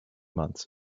months